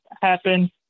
happen